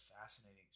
fascinating